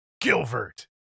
Gilbert